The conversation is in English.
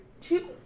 two